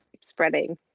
spreading